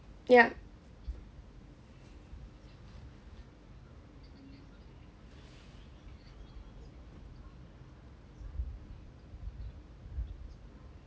ya